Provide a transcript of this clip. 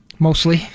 mostly